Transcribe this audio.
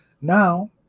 Now